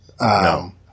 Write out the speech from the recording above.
No